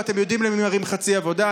ואתם יודעים למי מראים חצי עבודה,